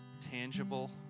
tangible